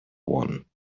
one